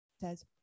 says